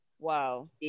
Wow